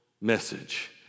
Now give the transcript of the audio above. message